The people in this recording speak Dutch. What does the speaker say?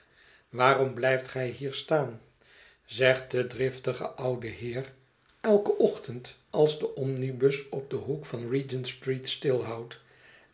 waarom blijft gij hier staan zegt de driftige oude heer elken ochtend als de omnibus op den hoek van regent-street stilhoudt